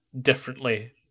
differently